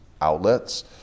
outlets